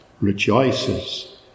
rejoices